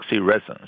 resins